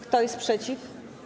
Kto jest przeciw?